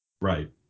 Right